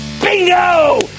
Bingo